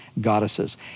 goddesses